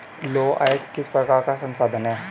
लौह अयस्क किस प्रकार का संसाधन है?